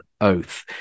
oath